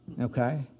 Okay